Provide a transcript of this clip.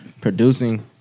Producing